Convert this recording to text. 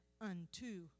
unto